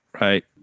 Right